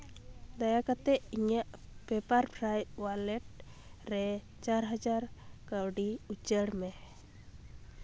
ᱫᱟᱭᱟ ᱠᱟᱛᱮᱫ ᱤᱧᱟᱹᱜ ᱯᱮᱯᱟᱨᱯᱷᱨᱟᱭ ᱳᱣᱟᱞᱮᱨ ᱨᱮ ᱪᱟᱨ ᱦᱟᱡᱟᱨ ᱠᱟᱹᱣᱰᱤ ᱩᱪᱟᱹᱲ ᱢᱮ